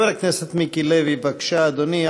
חבר הכנסת מיקי לוי, בבקשה, אדוני.